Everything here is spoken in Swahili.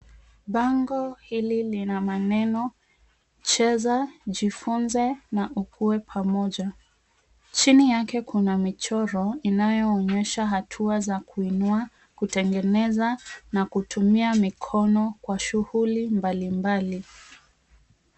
Bango hili lina maneno, cheza, jifunze, na ukue pamoja. Chini yake kuna michoro inayoonyesha hatua za kuinua, kutengeneza na kutumia mikono kwa shughuli mbali mbali.